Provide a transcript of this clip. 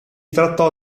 trattò